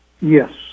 Yes